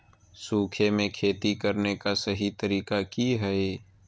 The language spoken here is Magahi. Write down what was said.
सूखे में खेती करने का सही तरीका की हैय?